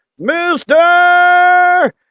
Mr